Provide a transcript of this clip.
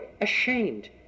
ashamed